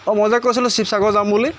অঁ মই যে কৈছিলোঁ শিৱসাগৰ যাম বুলি